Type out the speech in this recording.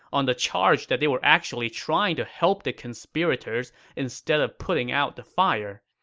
on the charge that they were actually trying to help the conspirators instead of putting out the fire.